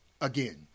Again